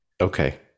okay